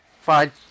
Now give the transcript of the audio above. Fine